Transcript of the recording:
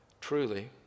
truly